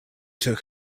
took